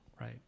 Right